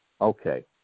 okay